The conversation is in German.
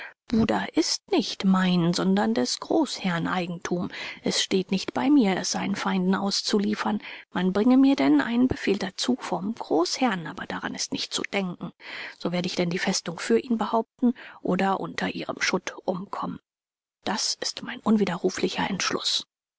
buda ist nicht mein sondern des großherrn eigentum es steht nicht bei mir es seinen feinden auszuliefern man bringe mir denn einen befehl dazu vom großherrn aber daran ist nicht zu denken so werde ich denn die festung für ihn behaupten oder unter ihrem schutt umkommen das ist mein unwiderruflicher entschluß